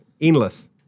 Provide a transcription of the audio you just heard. Endless